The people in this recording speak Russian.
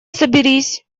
соберись